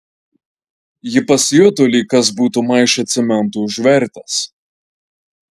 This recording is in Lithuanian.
ji pasijuto lyg kas būtų maišą cemento užvertęs